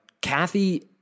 Kathy